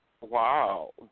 wow